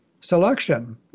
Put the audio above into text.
selection